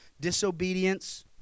Disobedience